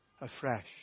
afresh